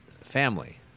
family